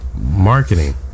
marketing